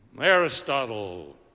Aristotle